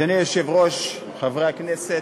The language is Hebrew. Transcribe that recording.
אדוני היושב-ראש, חברי הכנסת,